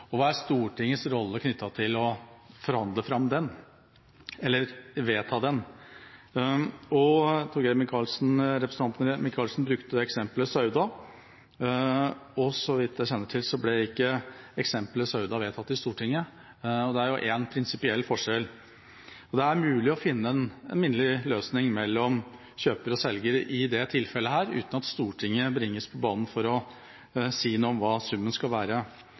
Og hva er Stortingets rolle knyttet til å vedta den? Representanten Torgeir Micaelsen brukte eksemplet fra Sauda. Så vidt jeg kjenner til, ble ikke det eksemplet vedtatt i Stortinget. Det er én prinsipiell forskjell, og det er mulig å finne en minnelig løsning mellom kjøper og selger i dette tilfellet uten at Stortinget bringes på banen for å si noe om hva summen skal være.